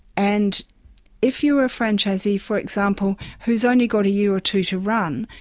and if you are a franchisee, for example, who has only got a year or two to run,